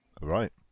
Right